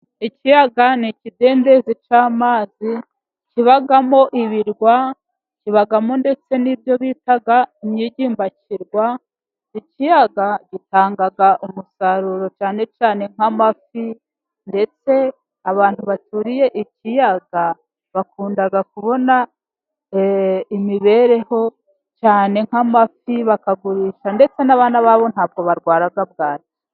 Ikiyaga ni ikidendezi cy'amazi, kibamo ibirwa, kibamo ndetse n'ibyo bita imyigimbakirwa, ikiyaga gitanga umusaruro cyane cyane nk'amafi, ndetse abantu baturiye ikiyaga bakunda kubona imibereho, cyane nk'amafi bakagurisha, ndetse n'bana babo ntabwo barwara bwaki.